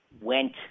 went